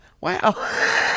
wow